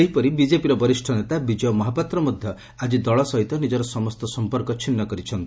ସେହିପରି ବିଜେପିର ବରିଷ ନେତା ବିଜୟ ମହାପାତ୍ ମଧ୍ଧ ଆକି ଦଳସହିତ ନିଜର ସମସ୍ତ ସମ୍ପର୍କ ଛିନ୍ନ କରିଛନ୍ତି